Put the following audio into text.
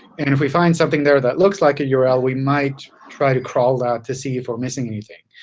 and if we find something there that looks like a yeah url, we might try to crawl that to see if we're missing anything.